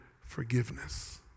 forgiveness